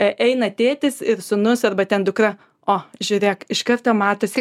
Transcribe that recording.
eina tėtis ir sūnus arba ten dukra o žiūrėk iš karto matosi